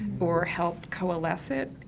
or help coalesce it,